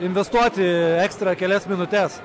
investuoti ekstra kelias minutes